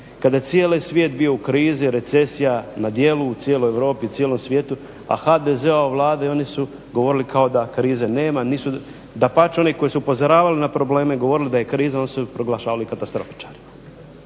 kada je cijeli svijet bio u krizi, recesija na djelu u cijeloj Europi, cijelom svijetu a HDZ-ova vlada i oni su govorili kao da krize nema. Dapače, oni koji su upozoravali na probleme, govorili da je kriza oni su proglašavani katastrofičarima.